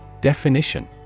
Definition